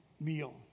meal